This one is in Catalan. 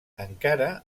encara